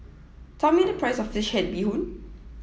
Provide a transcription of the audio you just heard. tell me the price of Fish Head Bee Hoon